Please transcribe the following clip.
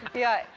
yeah,